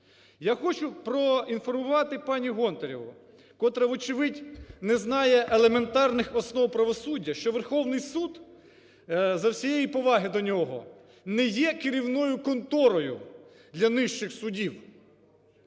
Я хочу проінформувати пані Гонтареву, котра вочевидь не знає елементарних основ правосуддя, що Верховний Суд за всієї поваги до нього не є керівною конторою для нижчих судів.